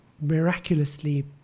miraculously